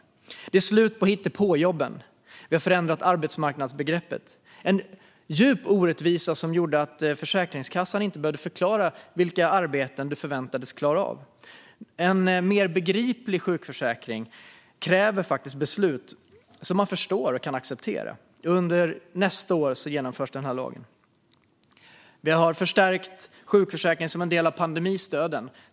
Det är slut på hittepåjobben. Vi har förändrat arbetsmarknadsbegreppet, en djup orättvisa som innebar att Försäkringskassan inte behövde förklara vilka arbeten man förväntades klara av. En mer begriplig sjukförsäkring kräver faktiskt beslut som man förstår och kan acceptera. Under nästa år genomförs den lagändringen. Vi har förstärkt sjukförsäkringen som en del av pandemistöden.